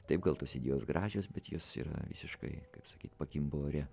taip gal tos idėjos gražios bet jos yra visiškai kaip sakyt pakimba ore